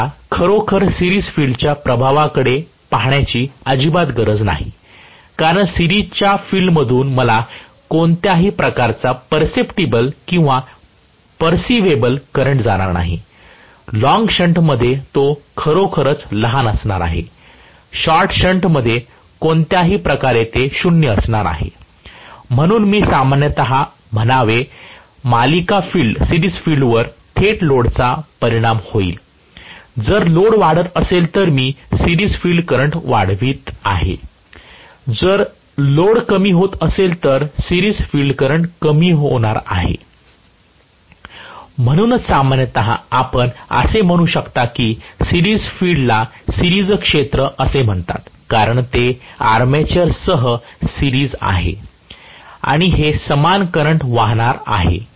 म्हणून मला खरोखर सिरिज फील्डच्या प्रभावाकडे पाहण्याची अजिबात गरज नाही कारण सिरिजच्या फील्ड मधून मला कोणत्याही प्रकारचा पर्सेप्टीबल किंवा परसिव्हेबल करंट जाणार नाही लॉन्ग शंटमध्ये तो खरोखरच लहान असणार आहे शॉर्ट शण्ट मध्ये कोणत्याही प्रकारे ते 0 असणार आहे म्हणून मी सामान्यपणे म्हणावे मालिका फील्ड वर थेट लोडचा परिणाम होईल जर लोड वाढत असेल तर मी सिरिज फील्ड करंट वाढवित आहे जर लोड कमी होत असेल तर सिरिज फील्ड करंट कमी होणार आहे म्हणूनच सामान्यत आपण असे म्हणू शकता की सिरिज फील्डला सिरिज क्षेत्र असे म्हणतात कारण ते आर्मेचरसह सिरिज आहे आणि हे समान करंट वाहणार आहे